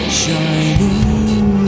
shining